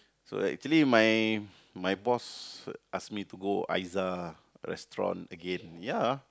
so actually my my boss ask me to go Ayza restaurant again ya